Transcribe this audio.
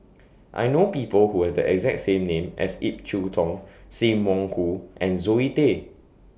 I know People Who Have The exact name as Ip Yiu Tung SIM Wong Hoo and Zoe Tay